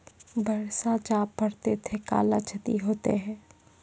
बरसा जा पढ़ते थे कला क्षति हेतै है?